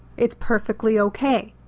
it's perfectly okay.